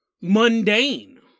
mundane